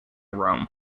rome